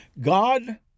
God